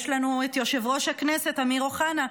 יש לנו את יושב-ראש הכנסת אמיר אוחנה,